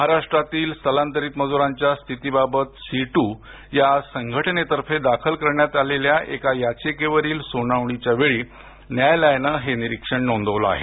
महाराष्ट्रातील स्थलांतरित मजुरांच्या स्थिती बाबत सीटू या संघटनेतर्फे दाखल करण्यात आलेल्या एका याचिकेवरील सुनावणीच्या वेळी न्यायालायन हे निरीक्षण नोंदवलं आहे